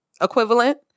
equivalent